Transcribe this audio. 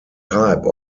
type